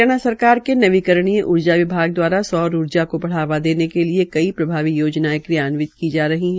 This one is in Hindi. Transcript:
हरियाणा सरकार के नवीनीकरण ऊर्जा विभाग द्वारा सौर ऊर्जा को बढावा देने के लिए कई प्रभावी योजनाएं क्रियान्वित की जा रही है